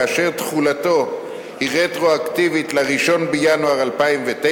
כאשר תחולתו היא רטרואקטיבית ל-1 בינואר 2009,